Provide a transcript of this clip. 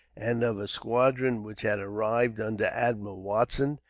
and of a squadron which had arrived under admiral watson,